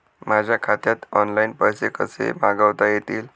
माझ्या खात्यात ऑनलाइन पैसे कसे मागवता येतील?